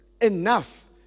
enough